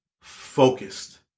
focused